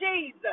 Jesus